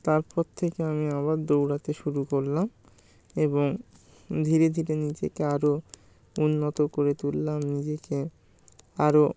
তারপর থেকে আমি আবার দৌড়াতে শুরু করলাম এবং ধীরে ধীরে নিজেকে আরও উন্নত করে তুললাম নিজেকে আরও